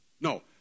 No